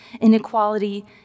inequality